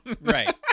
Right